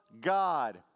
God